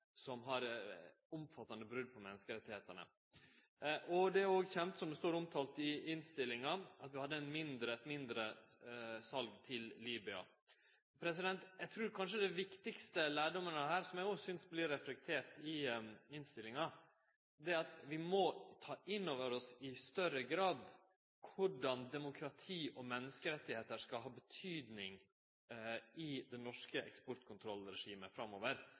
kjent, som det står omtalt i innstillinga, at vi hadde eit mindre sal til Libya. Eg trur kanskje den viktigaste lærdomen av dette, som eg òg synest vert reflektert i innstillinga, er at vi i større grad må ta inn over oss korleis demokrati og menneskerettar skal ha betydning i det norske eksportkontrollregimet framover,